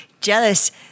Jealous